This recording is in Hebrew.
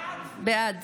בעד